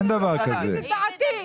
אני רוצה להגיד את דעתי.